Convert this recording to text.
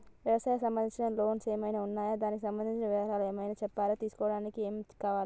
వ్యవసాయం సంబంధించిన లోన్స్ ఏమేమి ఉన్నాయి దానికి సంబంధించిన వివరాలు ఏమైనా చెప్తారా తీసుకోవడానికి ఏమేం కావాలి?